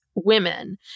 women